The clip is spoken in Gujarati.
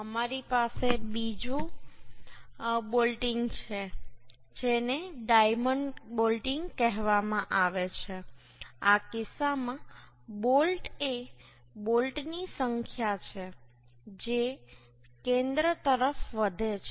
અમારી પાસે બીજું બોલ્ટિંગ છે જેને ડાયમંડ બોલ્ટિંગ કહેવાય છે આ કિસ્સામાં બોલ્ટ એ બોલ્ટની સંખ્યા છે જે કેન્દ્ર તરફ વધે છે